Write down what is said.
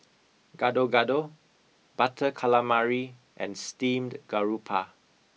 Gado Gado Butter Calamari and Steamed Garoupa